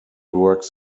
works